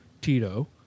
Tito